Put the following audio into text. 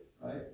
right